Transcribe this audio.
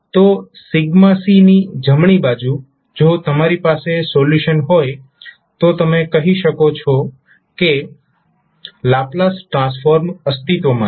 તો c ની જમણી બાજુ જો તમારી પાસે સોલ્યુશન હોય તો તમે કહી શકો કે લાપ્લાસ ટ્રાન્સફોર્મ અસ્તિત્વમાં છે